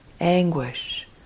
anguish